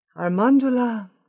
Armandula